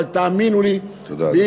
אבל, תאמינו לי, תודה, אדוני.